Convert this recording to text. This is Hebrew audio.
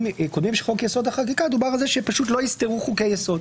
קודמים של חוק יסוד החקיקה דובר על זה שפשוט לא יסתרו חוקי יסוד.